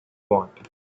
want